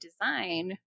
design